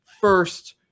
first